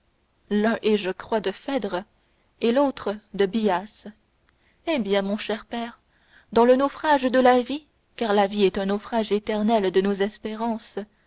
l'un est je crois de phèdre et l'autre de bias eh bien mon cher père dans le naufrage de la vie car la vie est un naufrage éternel de nos espérances